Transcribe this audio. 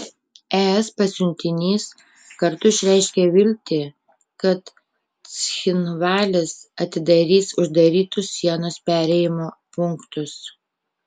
es pasiuntinys kartu išreiškė viltį kad cchinvalis atidarys uždarytus sienos perėjimo punktus